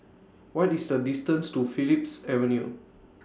What IS The distance to Phillips Avenue